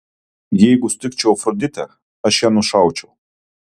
jeigu sutikčiau afroditę aš ją nušaučiau